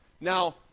Now